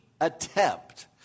attempt